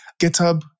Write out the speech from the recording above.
GitHub